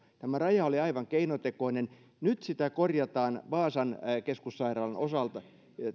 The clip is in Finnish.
niin tämä raja oli aivan keinotekoinen nyt sitä korjataan vaasan keskussairaalan osalta